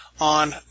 on